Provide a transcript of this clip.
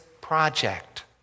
project